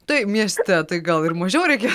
tai mieste tai gal ir mažiau reikia